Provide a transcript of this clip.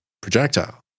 projectile